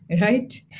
right